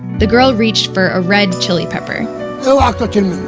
the girl reached for a red chilli pepper so ah like and